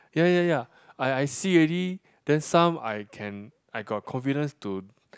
ya ya ya I I see already then some I can I got confidence to